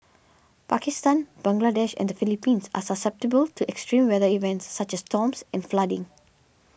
Pakistan Bangladesh and the Philippines are susceptible to extreme weather events such as storms and flooding